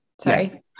sorry